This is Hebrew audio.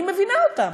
אני מבינה אותם.